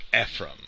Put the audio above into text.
Ephraim